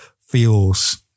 feels